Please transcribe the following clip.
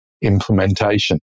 implementation